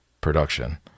production